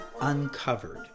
Uncovered